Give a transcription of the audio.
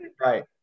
right